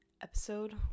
Episode